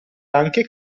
anche